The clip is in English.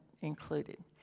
included